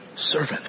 Servant